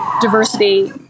diversity